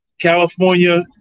California